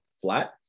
flat